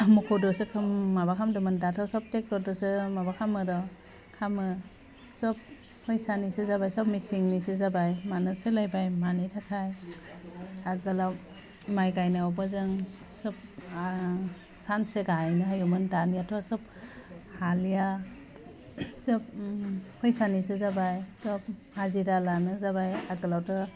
मख'दोसो खोम माबा खामदोंमोन दाथ' सब टेक्टरजोंसो माबा खामो र' खामो सब फैसानिसो सब मिचिननिसो जाबाय मानो सोलायबाइ मानि थाखाय आगोलाव माय गायनायावबो जों सब सानसे गायनो हायोमोन दानियाथ' सब हालिया सोब ओम फैसानिसो जाबाय सब हाजिरा लानो जाबाय आगोलावथ'